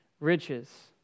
riches